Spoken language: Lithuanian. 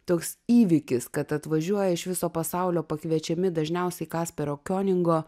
toks įvykis kad atvažiuoja iš viso pasaulio pakviečiami dažniausiai kasperio kioningo